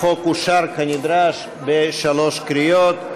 החוק אושר כנדרש בשלוש קריאות.